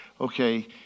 Okay